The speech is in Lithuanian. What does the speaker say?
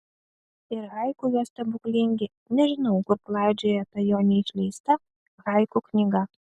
ir haiku jo stebuklingi nežinau kur klaidžioja ta jo neišleista haiku knyga